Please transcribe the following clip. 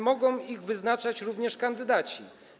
Mogą ich wyznaczać również kandydaci.